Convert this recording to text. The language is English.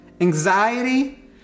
Anxiety